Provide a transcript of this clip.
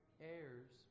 heirs